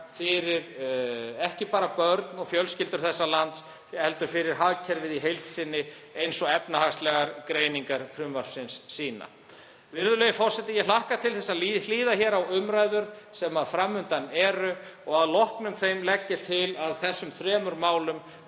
fyrir börn og fjölskyldur þessa lands heldur fyrir hagkerfið í heild sinni eins og efnahagslegar greiningar frumvarpsins sýna. Virðulegi forseti. Ég hlakka til að hlýða hér á umræður sem fram undan eru. Að þeim loknum legg ég til að þessum þremur málum